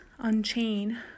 unchain